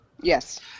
Yes